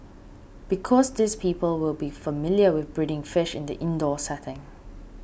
because these people will be familiar with breeding fish in the indoor setting